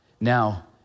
Now